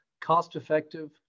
cost-effective